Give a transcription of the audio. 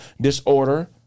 disorder